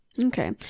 Okay